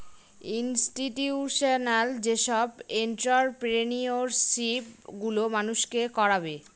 institutional যেসব entrepreneurship গুলো মানুষকে করাবে